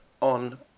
on